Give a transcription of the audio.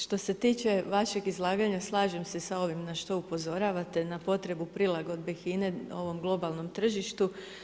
Što tiče vašeg izlaganja, slažem se sa ovim na što upozoravate, na potrebu prilagodbe HINA-e ovom globalnom tržištu.